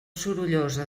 sorollosa